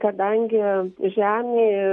kadangi žemė